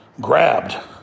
grabbed